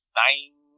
nine